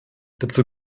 dazu